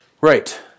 Right